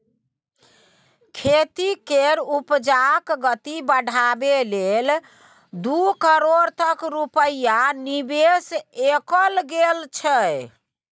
खेती केर उपजाक गति बढ़ाबै लेल दू करोड़ तक रूपैया निबेश कएल गेल छै